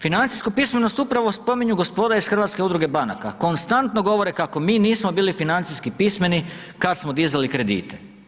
Financijsku pismenost upravo spominju gospoda iz Hrvatske udruge banaka, konstantno govore kako mi nismo bili financijski pismeni kad smo dizali kredite.